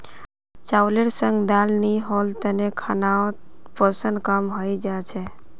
चावलेर संग दाल नी होल तने खानोत पोषण कम हई जा छेक